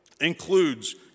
includes